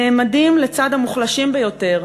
נעמדים לצד המוחלשים ביותר,